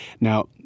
Now